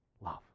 love